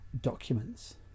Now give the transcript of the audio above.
documents